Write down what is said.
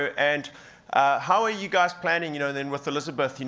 and how are you guys planning, you know then, with elizabeth, you know